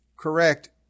correct